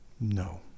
No